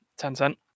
Tencent